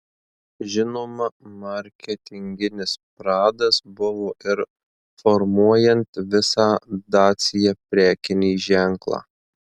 žinoma marketinginis pradas buvo ir formuojant visą dacia prekinį ženklą